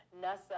NASA